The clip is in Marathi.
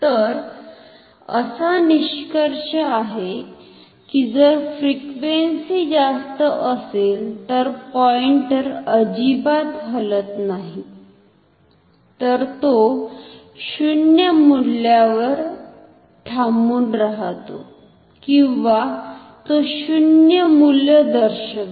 तर असा निष्कर्ष आहे की जर फ्रिक्वेन्सी जास्त असेल तर पॉइंटर अजिबात हलत नाही तर तो 0 मूल्यावर थांबून राहतो किंवा तो शून्य मूल्य दर्शवेल